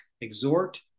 exhort